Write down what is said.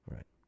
Right